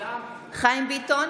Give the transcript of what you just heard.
חיים ביטון,